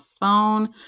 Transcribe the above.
phone